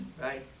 right